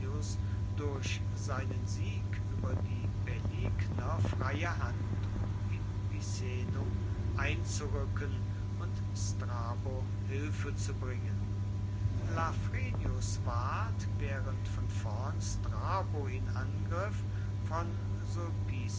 durch seinen sieg über die paeligner freie hand um in picenum einzurücken und strabo hilfe zu bringen lafrenius ward während von vorn strabo ihn angriff von